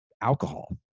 alcohol